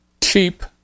cheap